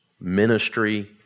ministry